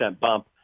bump